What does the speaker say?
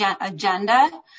agenda